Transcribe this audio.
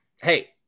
Hey